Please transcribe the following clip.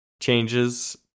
changes